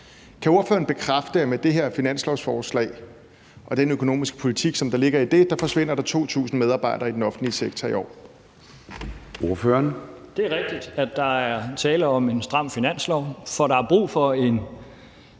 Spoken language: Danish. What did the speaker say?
Kan ordføreren bekræfte, at med det her finanslovsforslag og den økonomiske politik, der ligger i det, forsvinder der 2.000 medarbejdere i den offentlige sektor i år? Kl. 10:12 Formanden (Søren Gade): Ordføreren.